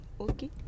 Okay